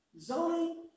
Zoning